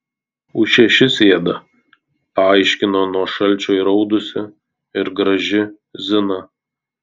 už šešis ėda paaiškino nuo šalčio įraudusi ir graži zina